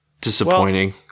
disappointing